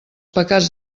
pecats